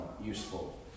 useful